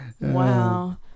Wow